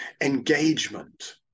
engagement